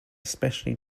specially